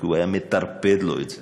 כי הוא היה מטרפד לו את זה.